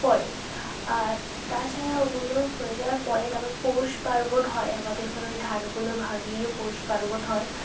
করে আর তাছাড়া ওগুলো হয়ে যাওয়ার পরে তারপর পৌষপার্বণ হয় আমাদের ওখানে ওই ধানগুলো ভাঙিয়ে পৌষপার্বণ হয়